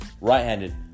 right-handed